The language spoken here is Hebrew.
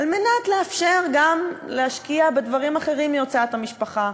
על מנת לאפשר להשקיע גם בדברים אחרים בהוצאות המשפחה: